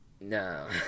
no